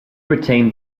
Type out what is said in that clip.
retained